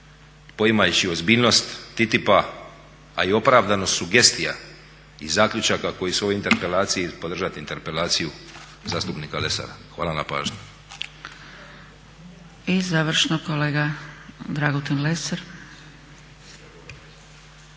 poimajući ozbiljnost TTIP-a a i opravdanost sugestija i zaključaka koji su u ovoj interpelaciji podržati interpelaciju zastupnika Lesara. Hvala na pažnji. **Zgrebec, Dragica